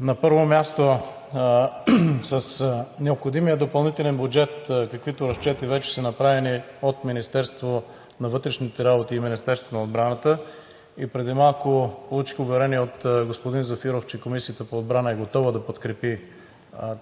На първо място, с необходимия допълнителен бюджет, каквито разчети вече са направени от Министерството на вътрешните работи и Министерството на отбраната. Преди малко получих уверение от господин Зафиров, че Комисията по отбрана е готова да подкрепи